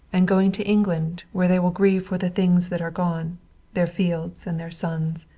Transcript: and going to england, where they will grieve for the things that are gone their fields and their sons.